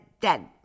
dead